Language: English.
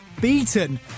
beaten